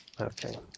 Okay